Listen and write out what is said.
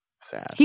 sad